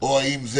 בואו נתרכז